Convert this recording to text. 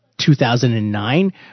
2009